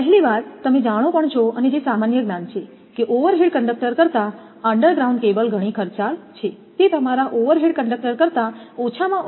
પહેલી વાત તમે જાણો પણ છો અને જે સામાન્ય જ્ઞાન છે કે ઓવરહેડ કંડક્ટર કરતાં અંડરગ્રાઉન્ડ કેબલ ઘણી ખર્ચાળ છે તે તમારા ઓવરહેડ કંડક્ટર કરતા ઓછામાં ઓછા 2